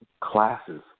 classes